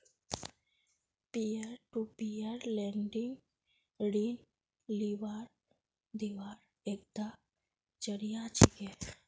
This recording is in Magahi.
पीयर टू पीयर लेंडिंग ऋण लीबार दिबार एकता जरिया छिके